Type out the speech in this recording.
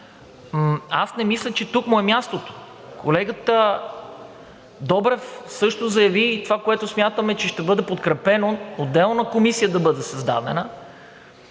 аз не мисля, че тук му е мястото. Колегата Добрев също заяви това, което смятаме, че ще бъде подкрепено, да бъде създадена